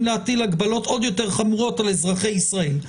להטיל הגבלות עוד יותר חמורות על אזרחי ישראל.